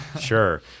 sure